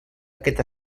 aquest